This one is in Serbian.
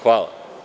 Hvala.